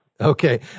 Okay